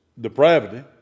depravity